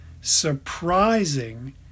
surprising